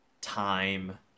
time